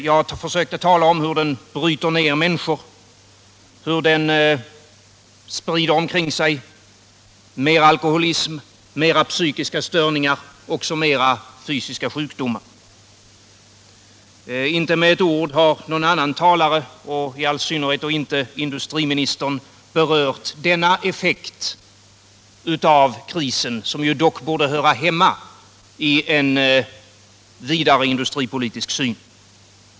Jag försökte tala om hur den bryter ned människor och sprider omkring sig mer alkoholism samt flera psykiska störningar och fysiska sjukdomar. Inte med ett ord har någon annan talare — i synnerhet inte industriministern — berört denna effekt av krisen, en effekt som dock borde höra hemma i en vidare industripolitisk syn.